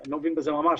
אני לא מבין בזה ממש,